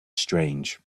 strange